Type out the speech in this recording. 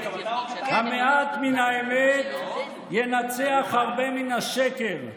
"המעט מהאמת ינצח הרבה מן השקר,